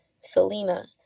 Selena